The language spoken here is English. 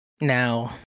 now